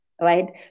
right